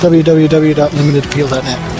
www.limitedappeal.net